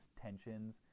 tensions